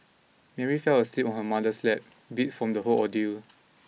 Mary fell asleep on her mother's lap beat from the whole ordeal